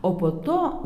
o po to